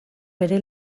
bere